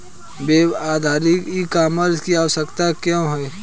Web आधारित e commerce की आवश्यकता क्या है?